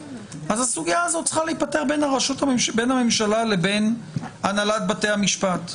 אז הסוגייה הזאת צריכה להיפתר בין הממשלה לבין הנהלת בתי המשפט.